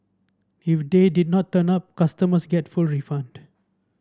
if they did not turn up customers get full refund